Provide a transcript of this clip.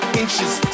inches